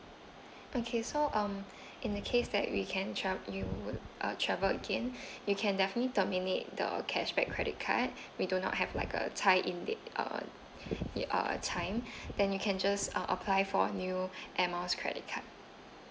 okay so um in the case that we can tra~ you would uh travel again you can definitely terminate the cashback credit card we do not have like a tie in date uh uh times then you can just uh apply for new air miles credit card